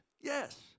Yes